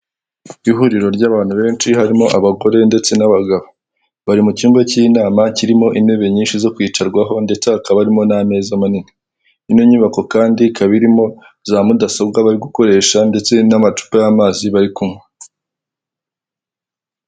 Ihuriro ry'abantu benshi harimo abagore ndetse n'abagabo. Bari mu cyumba cy'inama kirimo intebe nyinshi zo kwicarwaho, ndetse hakaba harimo n'ameza manini. Ino nyubako kandi ikaba irimo za mudasobwa bari gukoresha ndetse n'amacupa y'amazi bari kunywa.